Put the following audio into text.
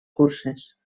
curses